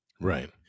Right